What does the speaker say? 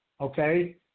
Okay